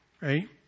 Right